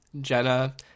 Jenna